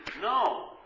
No